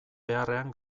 beharrean